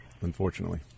Unfortunately